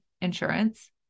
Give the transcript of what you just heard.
Insurance